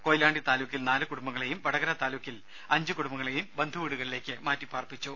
കൊയിലാണ്ടി താലൂക്കിൽ നാല് കുടുംബങ്ങളേയും വടകര താലൂക്കിൽ അഞ്ച് കുടുംബങ്ങളേയും ബന്ധുവീടുകളിലേക്ക് മാറ്റിപാർപ്പിച്ചു